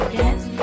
dance